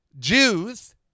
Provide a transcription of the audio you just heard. Jews